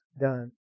done